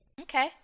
Okay